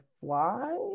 fly